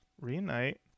Reunite